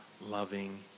loving